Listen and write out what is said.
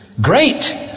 Great